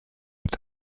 est